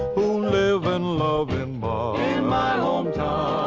who live and love in my um